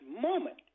moment